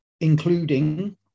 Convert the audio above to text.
including